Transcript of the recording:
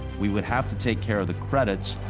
we would have to take care of the credits.